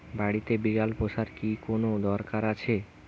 বাড়িতে বিড়াল পোষার কি কোন দরকার আছে?